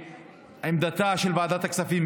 שעמדתה של ועדת הכספים,